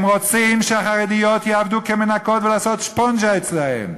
הם רוצים שהחרדיות יעבדו כמנקות ויעשו ספונג'ה אצלם,